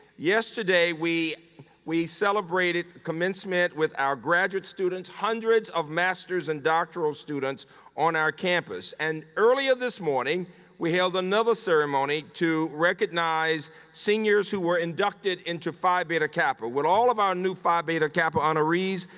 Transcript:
yesterday we we celebrated commencement with our graduate students, hundreds of masters and doctoral students on our campus, and earlier this morning we held another ceremony to recognize seniors who were inducted into phi beta kappa. would all of our new phi beta kappa honorees,